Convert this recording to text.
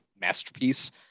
masterpiece